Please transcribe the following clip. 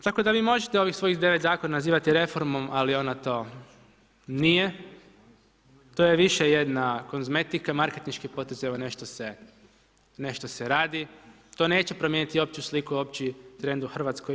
Tako da vi možete ovih svojih 9 zakona nazivati reformom ali ona to nije, to je više jedna kozmetika, marketinški potez, evo nešto se radi, to neće promijeniti opću sliku, opći trend u Hrvatskoj.